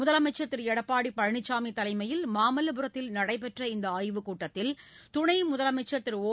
முதலமைச்சர் திரு எடப்பாடி பழனிசாமி தலைமையில் மாமல்லபுரத்தில் நடைபெற்ற இந்த ஆய்வுக்கூட்டத்தில் துணை முதலமைச்சர் திரு ஓ